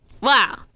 Wow